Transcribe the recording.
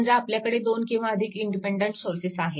समजा आपल्याकडे 2 किंवा अधिक इंडिपेन्डन्ट सोर्सेस आहेत